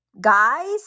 guys